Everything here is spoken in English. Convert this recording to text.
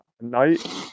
night